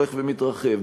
שהולך ומתרחב.